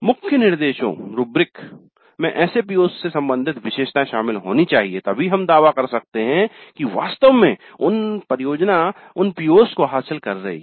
मुख्य निर्देशों रूब्रिक में ऐसे PO's से संबंधित विशेषताएँ शामिल होनी चाहिए तभी हम दावा कर सकते हैं कि वास्तव में परियोजना उन PO's को हासिल कर रही है